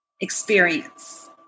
experience